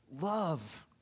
love